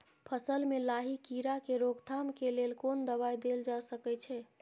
फसल में लाही कीरा के रोकथाम के लेल कोन दवाई देल जा सके छै?